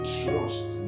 trust